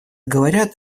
говорят